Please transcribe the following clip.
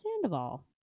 Sandoval